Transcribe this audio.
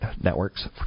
Networks